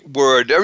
word